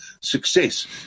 success